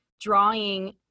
drawing